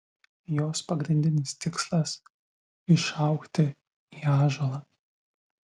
jos pagrindinis tikslas išaugti į ąžuolą